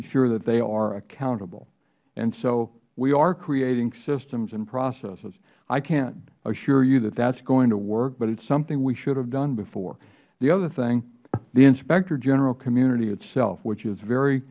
sure that they are accountable so we are creating systems and processes i cant assure you that that is going to work but it is something we should have done before the other thing the inspector general community itself which is